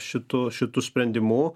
šitu šitu sprendimu